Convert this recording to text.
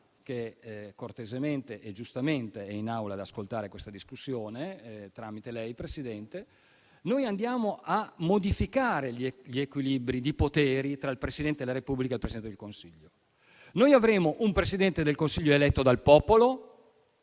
che giustamente è in Aula ad ascoltare questa discussione, tramite lei Presidente - noi andiamo a modificare gli equilibri dei poteri tra il Presidente della Repubblica e il Presidente del Consiglio. Noi avremo un Presidente del Consiglio eletto dal popolo: